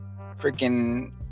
freaking